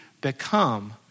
become